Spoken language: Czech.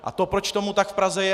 A to, proč tomu tak v Praze je...